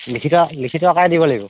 লিখিত লিখিত আকাৰে দিব লাগিব